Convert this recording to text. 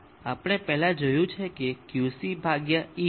આપણે પહેલાં જોયું છે કે તે Qc ભાગ્યા E છે